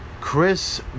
Chris